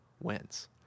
wins